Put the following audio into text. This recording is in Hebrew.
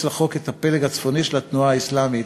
לחוק את הפלג הצפוני של התנועה האסלאמית,